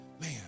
man